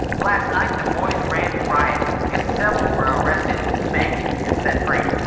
last night the boys ran riot, and several were arrested, spanked, and set free.